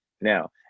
now